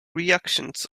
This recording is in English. reactions